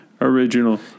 original